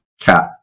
cat